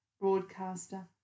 broadcaster